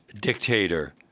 dictator